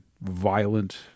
violent